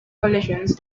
collisions